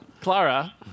Clara